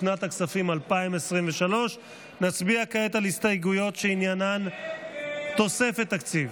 לשנת הכספים 2023. נצביע כעת על הסתייגויות שעניינן תוספת תקציב.